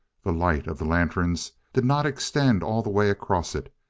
the light of the lanterns did not extend all the way across it,